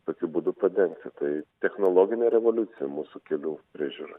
tokiu būdu padengti tai technologinė revoliucija mūsų kelių priežiūroj